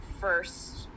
first